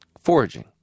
foraging